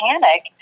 panic